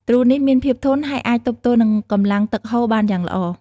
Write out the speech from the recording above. ទ្រូ នេះមានភាពធន់ ហើយអាចទប់ទល់នឹងកម្លាំងទឹកហូរបានយ៉ាងល្អ។